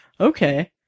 Okay